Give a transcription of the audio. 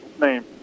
name